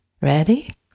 Ready